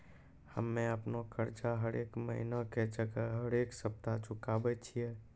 हम्मे अपनो कर्जा हरेक महिना के जगह हरेक सप्ताह चुकाबै छियै